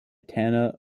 tana